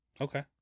Okay